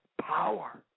power